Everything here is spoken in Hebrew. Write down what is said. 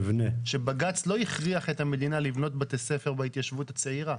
שבג"ץ לא הכריח את המדינה לבנות בתי ספר בהתיישבות הצעירה.